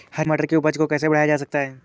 हरी मटर की उपज को कैसे बढ़ाया जा सकता है?